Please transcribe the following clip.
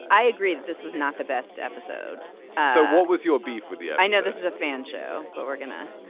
i agree that this was not the best episode. so what was your beef with you. i know this is a fan show but we're gonna.